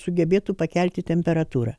sugebėtų pakelti temperatūrą